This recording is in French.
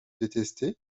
détester